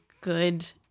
good